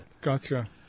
Gotcha